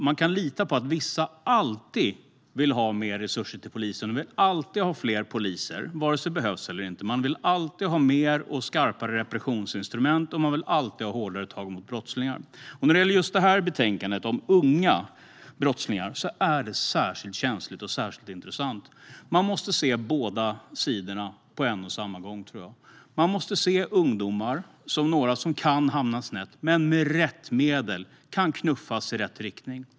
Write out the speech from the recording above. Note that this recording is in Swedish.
Man kan lita på att vissa alltid vill ha mer resurser till polisen, fler poliser, vare sig det behövs eller inte, fler och skarpare repressionsinstrument och hårdare tag mot brottslingar. När det gäller betänkandet om unga brottslingar är det särskilt känsligt och intressant. Man måste se båda sidorna på en och samma gång. Man måste se ungdomar som några som kan hamna snett men som med rätt medel kan knuffas i rätt riktning.